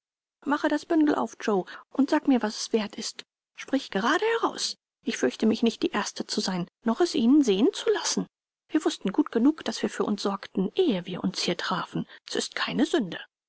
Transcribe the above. mache das bündel auf joe und sag mir was es wert ist sprich gerade heraus ich fürchte mich nicht die erste zu sein noch es ihnen sehen zu lassen wir wußten gut genug daß wir für uns sorgten ehe wir uns hier trafen s ist keine sünde